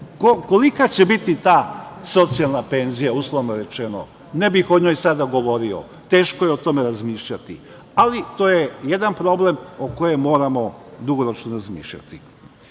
će biti ta socijalna penzija, uslovno rečeno, ne bih o njoj sada govorio, teško je o tome razmišljati, ali to je jedan problem o kojem moramo dugoročno